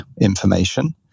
information